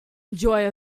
enjoy